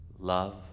Love